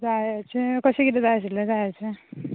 जायाचे कशें कितें जाय आशिल्लें जायाचें